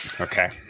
Okay